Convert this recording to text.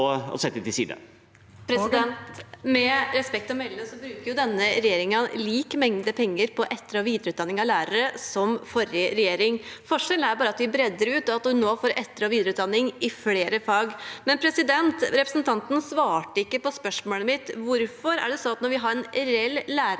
Med respekt å melde bruker denne regjeringen lik mengde penger på etterog videreutdanning av lærere som forrige regjering. Forskjellen er bare at vi bredder ut, og at man nå får etter- og videreutdanning i flere fag. Men representanten svarte ikke på spørsmålet mitt: Hvorfor er det sånn at man ønsker å sende